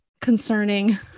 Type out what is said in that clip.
concerning